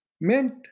meant